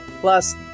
Plus